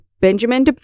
Benjamin